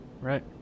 Right